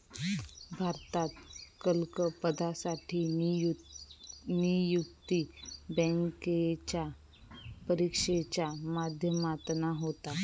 भारतात क्लर्क पदासाठी नियुक्ती बॅन्केच्या परिक्षेच्या माध्यमातना होता